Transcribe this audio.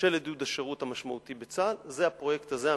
של עידוד השירות המשמעותי בצה"ל זה הפרויקט הזה,